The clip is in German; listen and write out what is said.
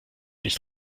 nicht